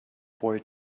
boy